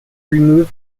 remove